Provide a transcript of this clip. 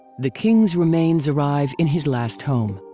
the king's remains arrive in his last home,